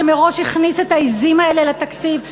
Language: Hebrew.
שמראש הכניס את העזים האלה לתקציב.